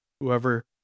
whoever